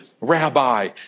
rabbi